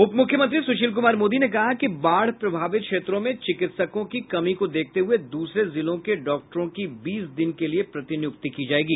उपमुख्यमंत्री सुशील कुमार मोदी ने कहा कि बाढ़ प्रभावित क्षेत्रों में चिकित्सकों की कमी को देखते हुये दूसरे जिलों के डॉक्टरों की बीस दिन के लिए प्रतिनियुक्ति की जायेगी